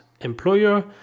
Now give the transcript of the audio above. employer